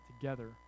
together